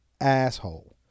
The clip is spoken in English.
asshole